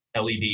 LED